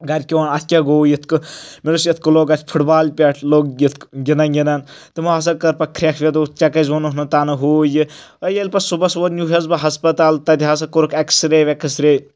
گَرِ کِیو ووٚن اَتھ کیاہ گوٚو یِتھ یِتھ کٔتھ کٔہ فُٹ بال پؠٹھ لوٚگ گِنٛدان گِنٛدان تِمو ہسا کٔر پَتہٕ کھرٛؠکھ وؠد ژےٚ کَزِ ووٚنُتھ نہٕ تنہٕ ہوٗ یہِ ییٚلہِ پَتہٕ صُبَحس وۄتھس نِو حظ بہٕ ہَسپَتال تَتہِ ہَسا کوٚرُکھ اؠکٕس رے وؠکٕس رے